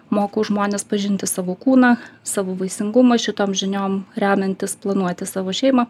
mokau žmones pažinti savo kūną savo vaisingumą šitom žiniom remiantis planuoti savo šeimą